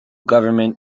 government